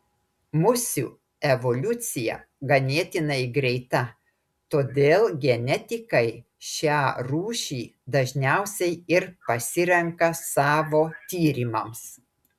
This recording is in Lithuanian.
musių evoliucija ganėtinai greita todėl genetikai šią rūšį dažniausiai ir pasirenka savo tyrimams